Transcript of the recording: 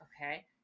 okay